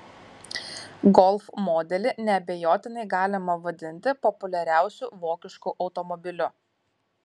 golf modelį neabejotinai galima vadinti populiariausiu vokišku automobiliu